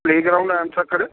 playground आहे आमच्याकडे